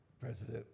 president